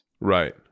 Right